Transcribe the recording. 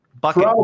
bucket